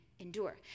endure